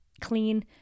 clean